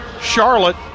Charlotte